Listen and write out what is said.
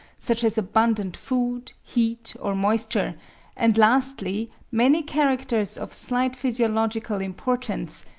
such as abundant food, heat or moisture and lastly, many characters of slight physiological importance,